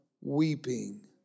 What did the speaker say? weeping